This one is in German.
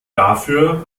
dafür